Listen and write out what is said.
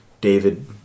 David